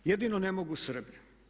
Jedino ne mogu Srbi.